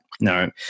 No